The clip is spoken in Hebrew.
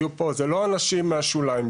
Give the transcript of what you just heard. אלו לא אנשים מהשוליים,